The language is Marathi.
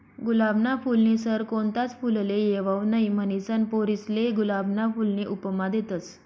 गुलाबना फूलनी सर कोणताच फुलले येवाऊ नहीं, म्हनीसन पोरीसले गुलाबना फूलनी उपमा देतस